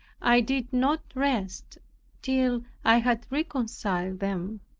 i did not rest till i had reconciled them.